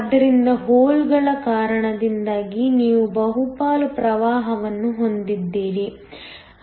ಆದ್ದರಿಂದ ಹೋಲ್ಗಳ ಕಾರಣದಿಂದಾಗಿ ನೀವು ಬಹುಪಾಲು ಪ್ರವಾಹವನ್ನು ಹೊಂದಿದ್ದೀರಿ